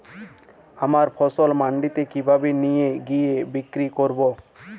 আমার ফসল মান্ডিতে কিভাবে নিয়ে গিয়ে বিক্রি করব?